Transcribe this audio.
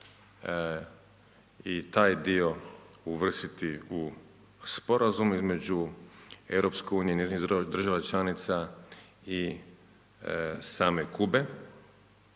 i taj dio uvrstiti u Sporazum između Europske unije i njezinih država članica i same Kube.